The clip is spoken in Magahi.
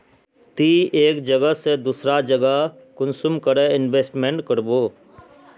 ती एक जगह से दूसरा जगह कुंसम करे इन्वेस्टमेंट करबो?